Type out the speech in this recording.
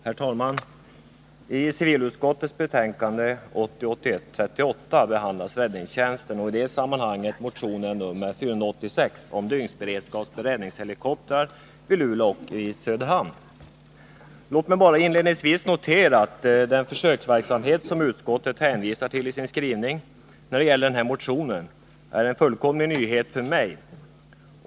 Herr talman! I civilutskottets betänkande 1980/81:38 behandlas räddningstjänsten och i det sammanhanget motionen 486 om en dygnsberedskap med räddningshelikoptrar i Luleå och i Söderhamn. Låt mig bara inledningsvis notera att den försöksverksamhet som utskottet hänvisar till i sin skrivning när det gäller motionen är en fullkomlig nyhet för mig.